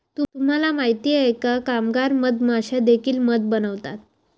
तुम्हाला माहित आहे का की कामगार मधमाश्या देखील मध बनवतात?